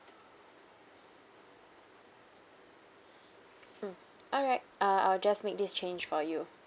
mm alright uh I'll just make this change for you